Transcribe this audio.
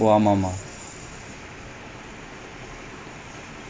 and அது இல்லாமலே:athu illaamalae they are struggling so badly it's quite sad ah